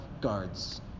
guards